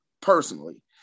personally